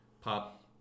pop